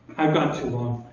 i've gone too long.